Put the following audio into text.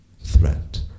threat